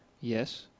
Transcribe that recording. Yes